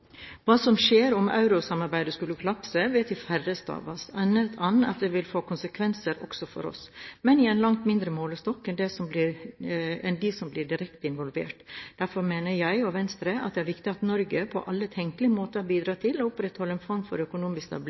Hva som skjer om eurosamarbeidet skulle kollapse, vet de færreste av oss, annet enn at det vil få konsekvenser også for oss, men i en langt mindre målestokk enn for dem som blir direkte involvert. Derfor mener jeg og Venstre at det er viktig at Norge på alle tenkelige måter bidrar til å opprettholde en form for økonomisk stabilitet